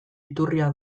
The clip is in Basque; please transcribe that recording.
iturria